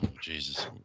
Jesus